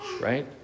right